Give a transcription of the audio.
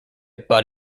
butt